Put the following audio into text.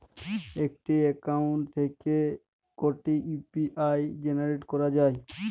একটি অ্যাকাউন্ট থেকে কটি ইউ.পি.আই জেনারেট করা যায়?